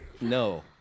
No